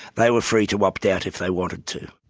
they were free to opt out if they wanted to.